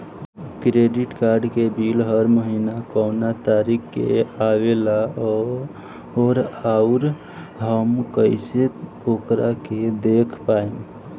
Credit card के bill हर महीना कौना तारीक के आवेला और आउर हम कइसे ओकरा के देख पाएम?